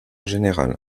général